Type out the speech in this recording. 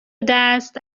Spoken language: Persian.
دست